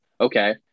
Okay